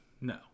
No